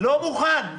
לא מוכן.